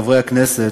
חברי הכנסת,